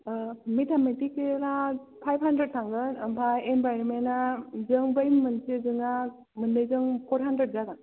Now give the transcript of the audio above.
मेटामेटिकेलआ five hundred थांगोन ओमफ्राय इनभारमेन्टआ जों बै मोनसेजोंआ मोन्नैजों फर हाण्ड्रेड जागोन